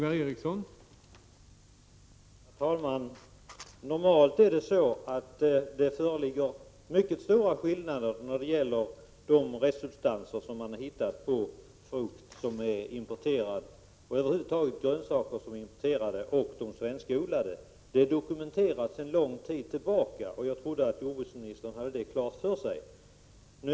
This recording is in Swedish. Herr talman! Normalt föreligger det mycket stora skillnader i detta sammanhang. Importerad frukt och importerade grönsaker över huvud taget, där man har hittat restsubstanser, skiljer sig alltså avsevärt från den svenska odlingen. Detta är dokumenterat sedan lång tid tillbaka. Jag trodde att jordbruksministern hade det klart för sig.